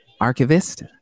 archivist